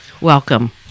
welcome